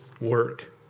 work